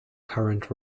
current